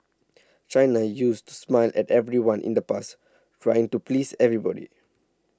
China used to smile at everyone in the past trying to please everybody